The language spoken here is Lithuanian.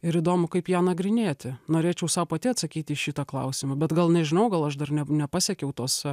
ir įdomu kaip ją nagrinėti norėčiau sau pati atsakyti į šitą klausimą bet gal nežinau gal aš dar ne nepasiekiau tos